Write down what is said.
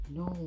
no